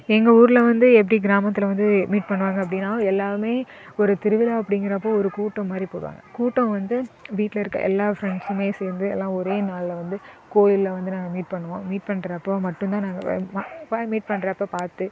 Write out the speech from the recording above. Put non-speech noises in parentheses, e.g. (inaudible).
எங்கள் ஊரில் வந்து எப்படி கிராமத்தில் வந்து மீட் பண்ணுவாங்க அப்படினா எல்லாரும் ஒரு திருவிழா அப்டிங்கிறப்போ ஒரு கூட்டம் மாதிரி போடுவாங்க கூட்டம் வந்து வீட்டில் இருக்க எல்லாம் ஃப்ரெண்ட்ஸும் சேர்ந்து எல்லாம் ஒரே நாளில் வந்து கோயிலில் வந்து நாங்கள் மீட் பண்ணுவோம் மீட் பண்ணுறப்போ மட்டும் தான் நாங்கள் (unintelligible) மீட் பண்ணுறப்ப பார்த்து